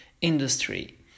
industry